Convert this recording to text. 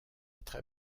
très